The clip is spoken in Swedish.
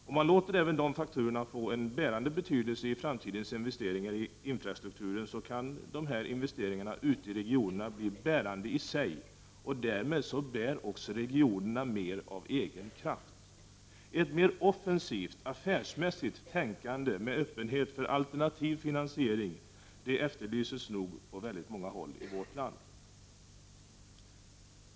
Om man låter även den faktorn få bärande betydelse i framtidens investeringar i infrastrukturen, kan investeringarna ute i regionerna bli bärande i sig, och därmed så bär också regionerna mera av egen kraft. Ett mera offensivt, affärsmässigt tänkande med öppenhet för alternativ finansiering efterlyses nog på väldigt många håll i vårt land.